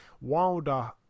Wilder